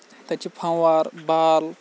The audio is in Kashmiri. تَتہِ چھِ فموار بال